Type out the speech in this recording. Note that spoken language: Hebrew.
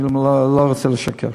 אני גם לא רוצה לשקר.